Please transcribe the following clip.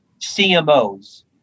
CMOs